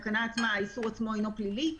האיסור עצמו אינו פלילי,